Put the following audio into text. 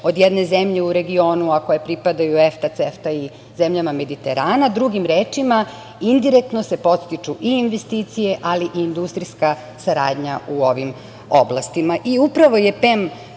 od jedne zemlje u regionu, a koje pripadaju EFTA, CEFTA i zemljama Mediterana. Drugim rečima, indirektno se podstiču i investicije, ali i industrijska saradnja u ovim oblastima. Upravo